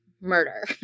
murder